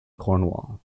cornwall